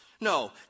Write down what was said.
No